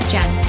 Jen